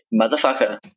Motherfucker